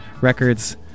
Records